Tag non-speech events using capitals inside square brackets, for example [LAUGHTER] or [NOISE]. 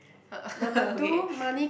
[LAUGHS] okay